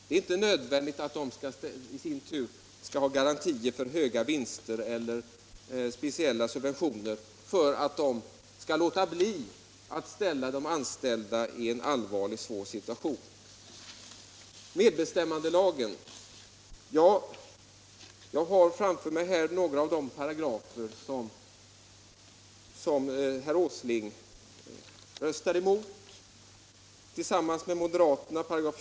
Det är inte nödvändigt att företagen i sin tur skall få garantier för höga vinster eller speciella subventioner för att de skall låta bli att försätta de anställda i en svår situation. När det gäller medbestämmandelagen har jag en förteckning över de paragrafer som herr Åslings parti tillsammans med moderaterna röstade emot.